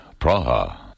Praha